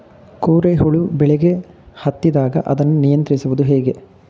ಕೋರೆ ಹುಳು ಬೆಳೆಗೆ ಹತ್ತಿದಾಗ ಅದನ್ನು ನಿಯಂತ್ರಿಸುವುದು ಹೇಗೆ?